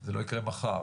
זה לא יקרה מחר,